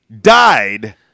died